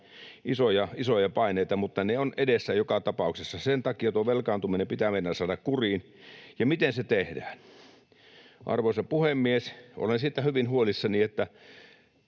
isoja paineita, mutta se on edessä joka tapauksessa. Sen takia tuo velkaantuminen pitää meidän saada kuriin. Ja miten se tehdään? Arvoisa puhemies! Olen siitä hyvin huolissani, että